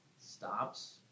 Stops